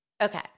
Okay